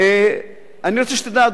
אני רוצה שתדע,